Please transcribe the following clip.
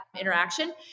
interaction